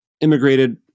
immigrated